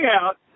out